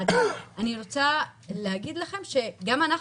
אני רוצה להגיד לכם שגם אנחנו,